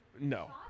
No